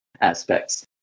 aspects